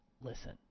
listen